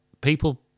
people